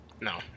No